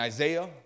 Isaiah